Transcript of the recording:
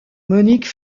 monique